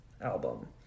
album